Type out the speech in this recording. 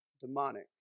demonic